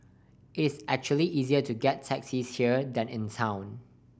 it is actually easier to get taxis here than in town